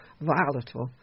volatile